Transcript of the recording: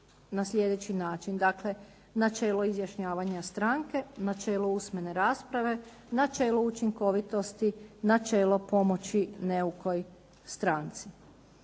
na sljedeći način. Dakle, načelo izjašnjavanja stranke, načelo usmene rasprave, načelo učinkovitosti, načelo pomoći neukoj stranci.